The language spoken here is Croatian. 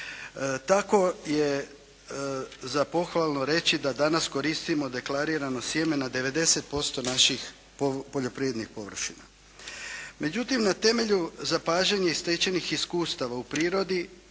Tako je za pohvalno reći da danas koristimo deklarirano sjeme na 90% naših poljoprivrednih površina. Međutim, na temelju zapažana i stečenih iskustva u prirodi